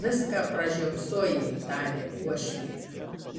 viską pražiopsojai tarė uošvė